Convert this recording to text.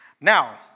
Now